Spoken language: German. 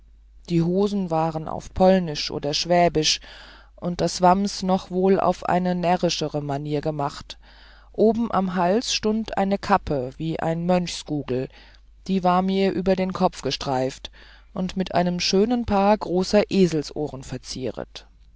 die hosen waren auf polnisch oder schwäbisch und das wams noch wohl auf eine närrischere manier gemacht oben am hals stund eine kappe wie ein mönchsgugel die war mir über den kopf gestreift und mit einem schönen paar großer eselsohren gezieret